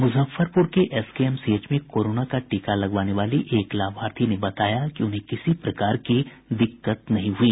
मुजफ्फरपुर के एसकेएमसीएच में कोरोना का टीका लगवाने वाली एक लाभार्थी ने बताया कि उन्हें किसी प्रकार की दिक्कत नहीं हुई